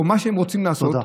או מה שהם רוצים לעשות.